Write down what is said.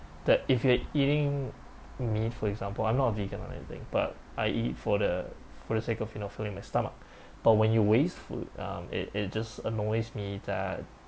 that if you're eating meat for example I'm not a vegan or anything but I eat for the for the sake of you know filling my stomach but when you waste food um it it just annoys me that